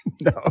No